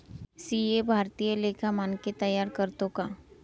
CA भारतीय लेखा मानके तयार करतो का